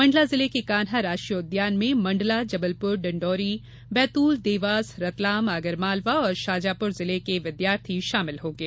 मण्डला जिले के कान्हा राष्ट्रीय उद्यान में मण्डला जबलपुर डिण्डोरी बैतूल देवास रतलाम आगर मालवा और शाजापुर जिले के छात्र छात्राएँ शामिल होंगे